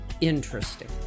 interesting